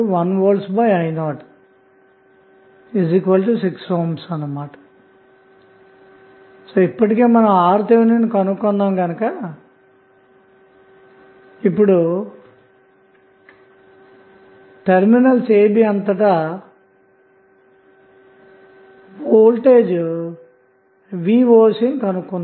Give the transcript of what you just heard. RTh1Vi06Ω ఇప్పటికే మనం RTh ను కనుక్కొన్నాము గనక ఇప్పుడు టెర్మినల్స్ a b అంతటా వోల్టేజ్ v oc ని కనుక్కొందాము